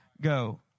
go